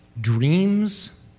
Dreams